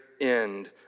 end